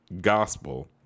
Gospel